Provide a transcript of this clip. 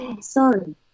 Sorry